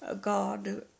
God